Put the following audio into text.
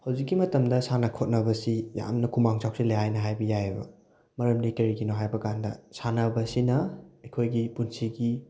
ꯍꯧꯖꯤꯛꯀꯤ ꯃꯇꯝꯗ ꯁꯥꯟꯅ ꯈꯣꯠꯅꯕꯁꯤ ꯌꯥꯝꯅ ꯈꯨꯃꯥꯡ ꯆꯥꯎꯁꯜꯂꯦ ꯍꯥꯏꯅ ꯍꯥꯏꯕ ꯌꯥꯏꯑꯕ ꯃꯔꯝꯗꯤ ꯀꯔꯤꯒꯤꯅꯣ ꯍꯥꯏꯕ ꯀꯥꯟꯗ ꯁꯥꯟꯅꯕꯁꯤꯅ ꯑꯩꯈꯣꯏꯒꯤ ꯄꯨꯟꯁꯤꯒꯤ